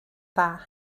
dda